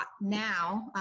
now